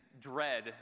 dread